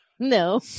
No